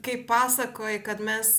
kai pasakojai kad mes